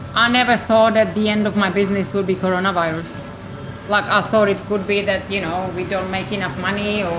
i never thought at the end of my business would be coronavirus like i ah thought it would be that, you know, we don't make enough money or